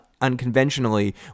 unconventionally